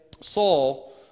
Saul